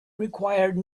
required